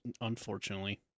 Unfortunately